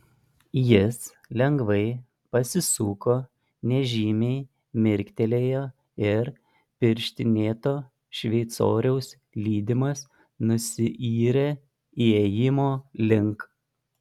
jis lengvai pasisuko nežymiai mirktelėjo ir pirštinėto šveicoriaus lydimas nusiyrė įėjimo link